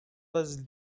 was